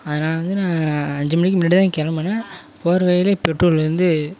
அது நான் வந்து நான் அஞ்சு மணிக்கு முன்னாடியே தான் கிளம்புனேன் போகிற வழியிலயே பெட்ரோல் வந்து